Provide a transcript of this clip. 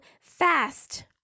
fast